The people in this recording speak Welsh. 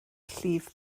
llif